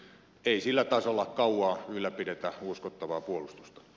ei sillä tasolla kauaa ylläpidetä uskottavaa puolustusta